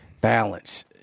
balance